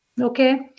okay